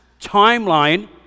timeline